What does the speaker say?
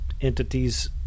entities